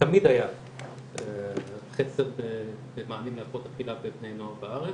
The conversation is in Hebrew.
שתמיד היה חסר במענים להפרעות אכילה לבני נוער בארץ,